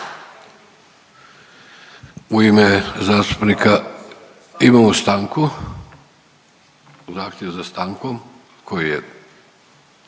U ime zastupnika. Imamo stanku, zahtjev za stanku. Koji je,